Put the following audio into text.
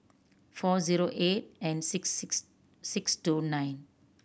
four zero eight and six six six two nine